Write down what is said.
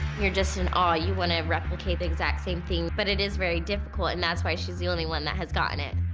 you're just in awe, you want to replicate the exact same thing but it is very difficult and that's why she's the only one that has gotten it.